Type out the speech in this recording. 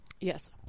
Yes